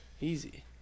Easy